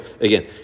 again